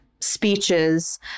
speeches